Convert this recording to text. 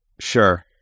Sure